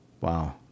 Wow